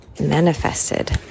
manifested